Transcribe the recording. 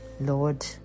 Lord